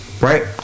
right